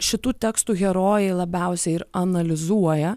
šitų tekstų herojai labiausiai ir analizuoja